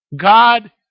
God